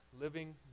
living